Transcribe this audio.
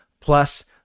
plus